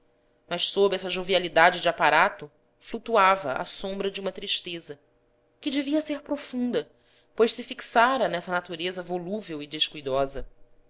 mas sob essa jovialidade de aparato flutuava a sombra de uma tristeza que devia ser profunda pois se fixara nessa natureza volúvel e descuidosa